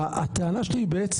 מי בעד